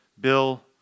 Bill